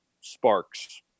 Sparks